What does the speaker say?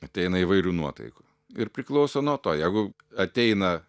ateina įvairių nuotaikų ir priklauso nuo to jeigu ateina